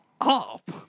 up